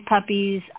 puppies